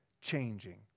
changing